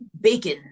bacon